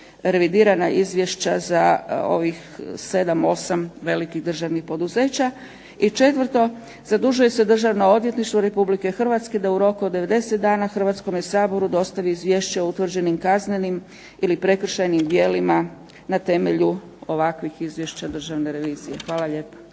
revidirana izvješća za ovih 7,8 velikih državnih poduzeća. I četvrto, zadužuje se Državno odvjetništvo RH da u roku od 90 dana Hrvatskome saboru dostavi izvješće o utvrđenim kaznenim ili prekršajnim djelima na temelju ovakvih izvješća Državne revizije. Hvala lijepa.